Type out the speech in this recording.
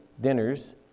dinners